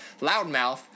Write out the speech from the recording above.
Loudmouth